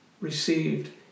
received